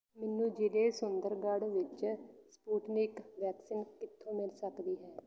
ਮੈਨੂੰ ਜ਼ਿਲ੍ਹੇ ਸੁੰਦਰਗੜ੍ਹ ਵਿੱਚ ਸਪੁਟਨਿਕ ਵੈਕਸੀਨ ਕਿੱਥੋਂ ਮਿਲ ਸਕਦੀ ਹੈ